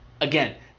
Again